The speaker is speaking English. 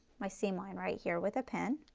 my seam line right here with a pin.